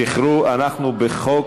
זכרו, אנחנו בחוק